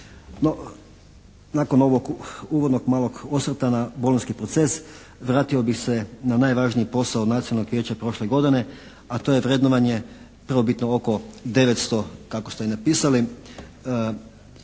nakon ovog uvodnog malog osvrta na bolonjski proces vratio bih se na najvažniji posao nacionalnog vijeća prošle godine a to je vrednovanje prvobitno oko 900 kako ste i napisali studentskih